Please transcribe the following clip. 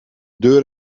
deur